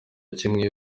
kimwe